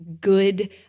Good